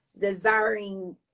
desiring